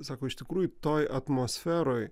sako iš tikrųjų toj atmosferoj